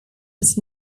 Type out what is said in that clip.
was